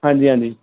ਹਾਂਜੀ ਹਾਂਜੀ